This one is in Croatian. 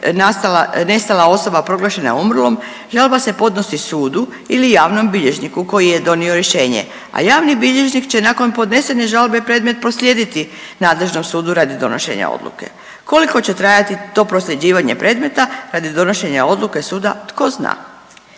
nestala osoba proglašena umrlom žalba se podnosi sudu ili javnom bilježniku koji je donio rješenje, a javni bilježnik će nakon podnesene žalbe predmet proslijediti nadležnom sudu radi donošenja odluke. Koliko će trajati to prosljeđivanje predmeta radi donošenje odluke suda, tko zna.